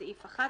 סעיף 11,